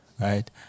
right